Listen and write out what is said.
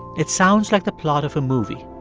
it sounds like the plot of a movie.